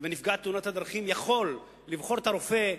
ונפגע תאונת הדרכים יכול לבחור את הרופא,